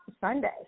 Sunday